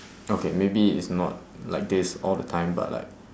okay maybe it's not like this all the time but like